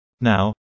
Now